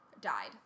died